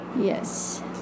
Yes